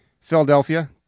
Philadelphia